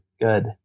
good